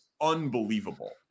unbelievable